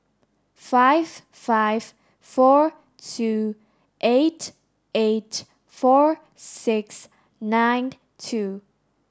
five five four two eight eight four six nine two